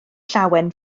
llawen